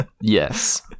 Yes